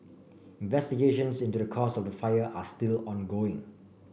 investigations into the cause of the fire are still ongoing